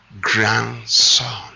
grandson